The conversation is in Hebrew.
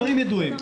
דברים ידועים.